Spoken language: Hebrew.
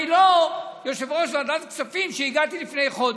אני לא יושב-ראש ועדת כספים שהגיע לפני חודש.